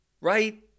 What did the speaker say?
right